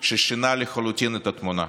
ששינה לחלוטין את התמונה.